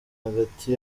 hagati